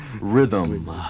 rhythm